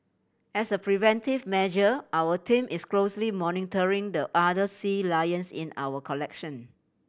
as a preventive measure our team is closely monitoring the other sea lions in our collection